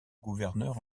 gouverneur